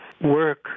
work